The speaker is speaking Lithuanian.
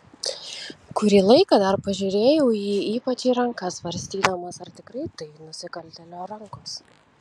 kurį laiką dar pažiūrėjau į jį ypač į rankas svarstydamas ar tikrai tai nusikaltėlio rankos